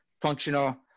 functional